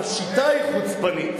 השיטה היא חוצפנית.